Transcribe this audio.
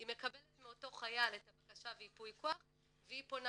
היא מקבלת מאותו חייל את הבקשה וייפוי כח והיא פונה